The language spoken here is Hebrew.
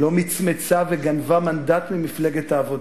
לא מצמצה וגנבה מנדט ממפלגת העבודה,